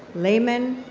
lehman,